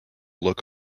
look